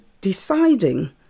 deciding